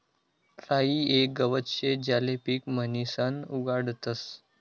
राई येक गवत शे ज्याले पीक म्हणीसन उगाडतस